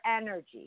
energy